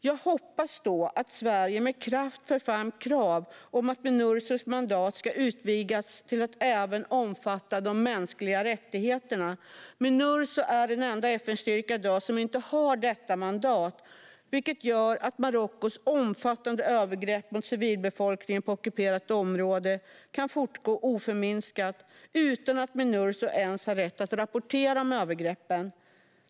Jag hoppas att Sverige då med kraft för fram krav på att Minursos mandat ska utvidgas till att även omfatta de mänskliga rättigheterna. Minurso är i dag den enda FN-styrka som inte har detta mandat, vilket gör att Marockos omfattande övergrepp mot civilbefolkningen på ockuperat område kan fortgå oförminskat utan att Minurso ens har rätt att rapportera om övergreppen.